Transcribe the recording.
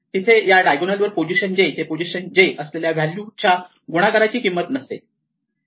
तिथे या डायगोनल वर पोझिशन j ते पोझिशन j असलेल्या व्हॅल्यूच्या गुणाकाराची किंमत नसेल